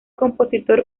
compositor